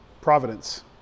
providence